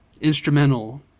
instrumental